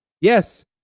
Yes